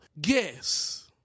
guess